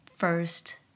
first